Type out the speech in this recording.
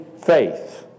faith